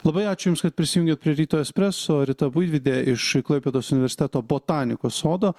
labai ačiū jums kad prisijungėt prie ryto espresso rita buivydė iš klaipėdos universiteto botanikos sodo